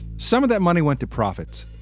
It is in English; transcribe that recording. some of that money went to profits.